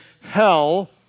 hell